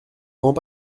grands